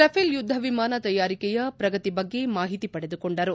Rafale ಯುದ್ದ ವಿಮಾನ ತಯಾರಿಕೆಯ ಪ್ರಗತಿ ಬಗ್ಗೆ ಮಾಹಿತಿ ಪಡೆದುಕೊಂಡರು